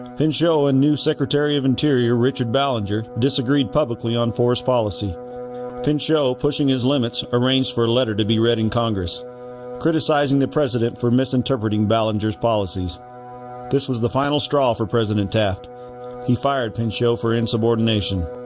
pinchot and so ah new secretary of interior richard ballinger disagreed publicly on forest policy pinchot pushing his limits arranged for a letter to be read in congress criticizing the president for misinterpreting ballinger policies this was the final straw for president taft he fired pinchot for insubordination